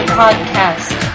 podcast